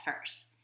first